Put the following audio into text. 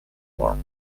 work